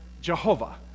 Jehovah